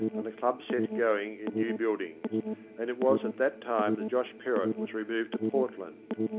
and the club set going in new buildings and it was at that time that josh pcrrott was removed to portland.